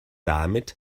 damit